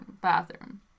bathroom